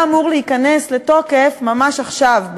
הוא היה אמור להיכנס לתוקף ממש עכשיו,